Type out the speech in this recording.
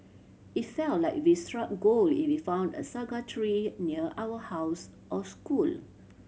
it felt like we struck gold if we found a saga tree near our house or school